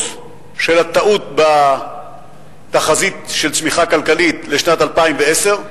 של הטעות בתחזית של הצמיחה הכלכלית לשנת 2010,